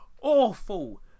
awful